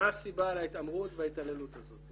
מה הסיבה להתעמרות וההתעללות הזאת.